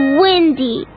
windy